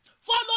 follow